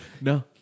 No